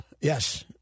Yes